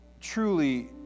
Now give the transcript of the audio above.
truly